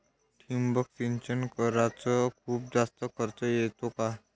ठिबक सिंचन कराच खूप जास्त खर्च येतो का?